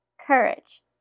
courage